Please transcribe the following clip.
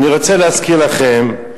אני רוצה להזכיר לכם,